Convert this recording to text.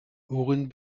worin